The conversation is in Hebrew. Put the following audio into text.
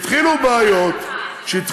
כשהתחילו בעיות, גם שר התקשורת לא סמך.